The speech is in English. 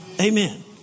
Amen